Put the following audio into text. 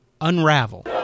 unravel